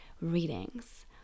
readings